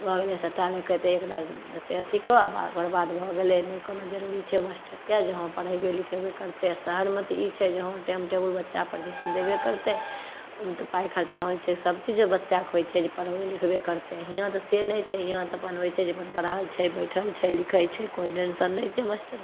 भऽ गेलै सटका लऽ कऽ अएतै एकदा अथी कर आओर ओकर बाद भऽ गेलै नहि कोनो जरूरी छै मास्टरके जे हँ पढ़ेबे लिखेबे करतै आओर शहरमे तऽ ई छै जे हँ टाइम टेबुल बच्चापर धिआन देबे करतै तऽ पाइ खरचा होइ छै सबचीजमे बच्चाकेँ होइ छै पढ़बे लिखबे करतै हिआँ तऽ से नहि छै हिआँ तऽ अपन होइ छै जे अपन पड़ल छै बैठल छै पढ़ै छै लिखै छै कोइ टेन्शन नहि छै मास्टरके